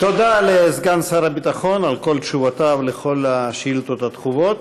תודה לסגן שר הביטחון על כל תשובותיו על כל השאילתות הדחופות.